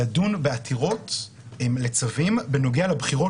לדון בעתירות לצווים בנוגע לבחירות